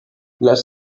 las